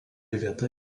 vieta